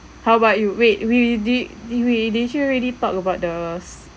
how about you wait we did we did you already talk about the